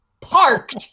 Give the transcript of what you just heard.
parked